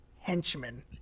henchman